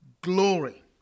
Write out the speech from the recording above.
glory